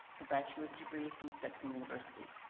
her bachelor's degree from stetson university.